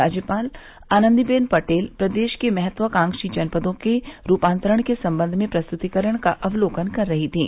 राज्यपाल आनंदीबेन पटेल प्रदेश के महत्वाकांक्षी जनपदों के रूपांतरण के संबंध में प्रस्तुतिकरण का अवलोकन कर रही थीं